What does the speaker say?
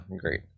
great